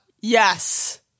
Yes